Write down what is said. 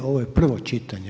Ovo je prvo čitanje.